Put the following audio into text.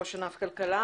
ראש ענף כלכלה.